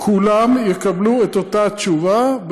כולם יקבלו את אותה תשובה,